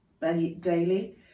daily